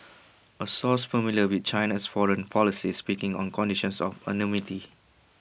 A source familiar with China's foreign policy speaking on condition of anonymity